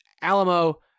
Alamo